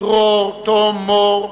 דרור, תום, מור,